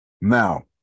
Now